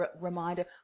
reminder